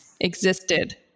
existed